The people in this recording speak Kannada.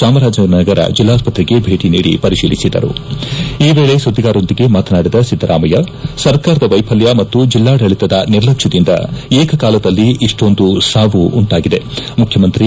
ಜನಗರ ಜಿಲ್ಲಾಸ್ಪತ್ರೆಗೆ ಭೇಟಿ ನೀದಿ ಪರಿಶೀಲಿಸಿದರುಧೃವನಾರಾಯಣ್ ಇಂದು ಚಾಮರಾ ಈ ವೇಳಿ ಸುದ್ದಿಗಾರರೊಂದಿಗೆ ಮಾತನಾಡಿದ ಸಿದ್ದರಾಮಯ್ಯ ಸರ್ಕಾರದ ವೈಪಲ್ಯ ಮತ್ತು ಜಿಲ್ಲಾಡಳಿತದ ನಿರ್ಲಕ್ಷ್ಮದಿಂದ ಏಕಕಾಲದಲ್ಲಿ ಇಷ್ಟೊಂದು ಸಾವು ಉಂಟಾಗಿದೆಮುಖ್ಯಮಂತ್ರಿ